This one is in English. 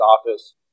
office